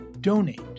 donate